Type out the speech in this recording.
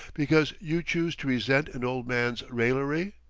because you choose to resent an old man's raillery?